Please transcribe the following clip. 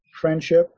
friendship